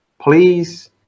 Please